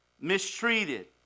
mistreated